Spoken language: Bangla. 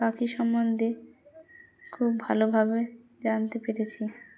পাখি সম্বন্ধে খুব ভালোভাবে জানতে পেরেছি